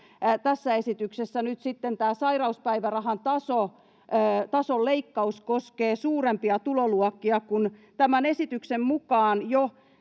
tässä esityksessä nyt sitten sairauspäivärahan tason leikkaus koskee suurempia tuloluokkia. Kun tämän esityksen mukaan